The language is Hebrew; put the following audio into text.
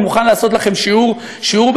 אני מוכן לעשות לכם שיעור בעסקים,